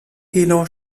kilo